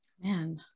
man